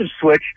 switch